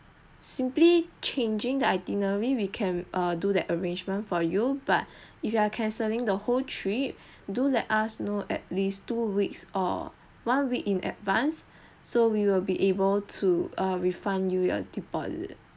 simply changing the itinerary we can err do that arrangement for you but if you are canceling the whole trip do let us know at least two weeks or one week in advance so we will be able to err refund you your deposit